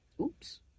Oops